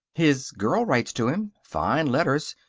his girl writes to him. fine letters.